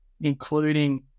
including